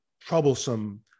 troublesome